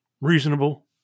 reasonable